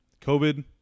COVID